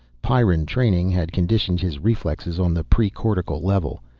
pyrran training had conditioned his reflexes on the pre-cortical level.